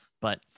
But-